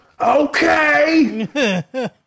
Okay